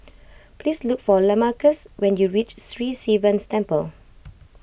please look for Lamarcus when you reach Sri Sivan Temple